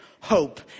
hope